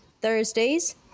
Thursdays